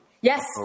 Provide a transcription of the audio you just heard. Yes